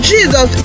Jesus